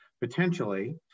potentially